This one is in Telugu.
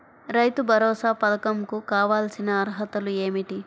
రైతు భరోసా పధకం కు కావాల్సిన అర్హతలు ఏమిటి?